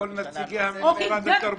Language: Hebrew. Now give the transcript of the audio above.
כל נציגי משרד התרבות.